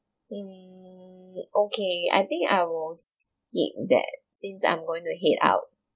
mm okay I think I will skip that things I'm going to head out